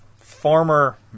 former